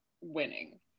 winning